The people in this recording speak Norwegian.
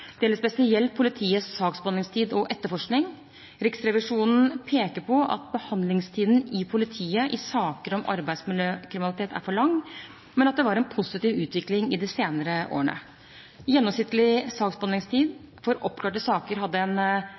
Det gjelder spesielt politiets saksbehandlingstid og etterforskning. Riksrevisjonen peker på at behandlingstiden i politiet i saker om arbeidsmiljøkriminalitet er for lang, men at det var en positiv utvikling i de senere årene. Gjennomsnittlig saksbehandlingstid for oppklarte saker hadde en